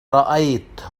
رأيت